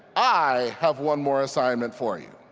i have one more assignment for you.